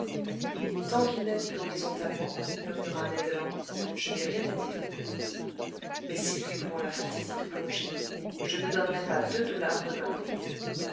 tant qu'il navigue horizontalement murmura ned land je n'ai rien à dire mais s'il lui prend la fantaisie de plonger je ne donnerais pas deux dollars de ma peau